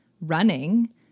running